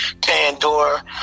Pandora